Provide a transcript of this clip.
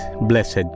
blessed